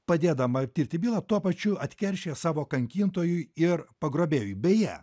padėdama tirti bylą tuo pačiu atkeršija savo kankintojui ir pagrobėjui beje